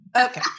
Okay